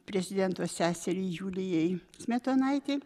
prezidento seseriai julijai smetonaitei